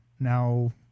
Now